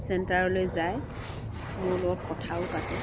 চেণ্টাৰলৈ যায় মোৰ লগত কথাও পাতে